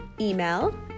email